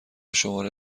شماره